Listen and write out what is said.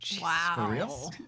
Wow